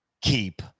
keep